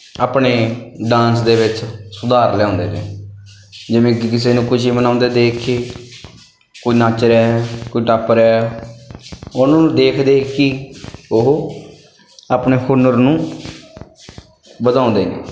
ਆਪਣੇ ਡਾਂਸ ਦੇ ਵਿੱਚ ਸੁਧਾਰ ਲਿਆਉਂਦੇ ਨੇ ਜਿਵੇਂ ਕਿ ਕਿਸੇ ਨੂੰ ਖੁਸ਼ੀ ਮਨਾਉਂਦੇ ਦੇਖ ਕੇ ਕੋਈ ਨੱਚ ਰਿਹਾ ਕੋਈ ਟੱਪ ਰਿਹਾ ਉਹਨਾਂ ਨੂੰ ਦੇਖ ਦੇਖ ਕੇ ਉਹ ਆਪਣੇ ਹੁਨਰ ਨੂੰ ਵਧਾਉਂਦੇ ਨੇ